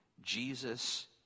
Jesus